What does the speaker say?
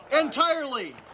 entirely